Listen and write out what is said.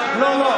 לא, לא.